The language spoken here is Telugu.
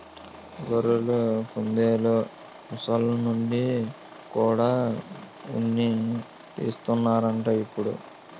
గొర్రెలు, కుందెలు, మొసల్ల నుండి కూడా ఉన్ని తీస్తన్నారట ఇప్పుడు